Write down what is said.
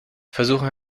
versuchen